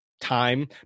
time